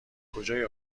کجای